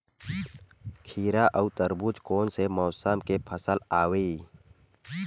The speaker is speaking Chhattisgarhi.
खीरा व तरबुज कोन से मौसम के फसल आवेय?